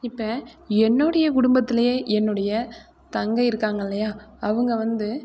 இப்போ என்னுடைய குடும்பத்திலயே என்னுடைய தங்கை இருக்காங்கல்லையா அவங்க வந்து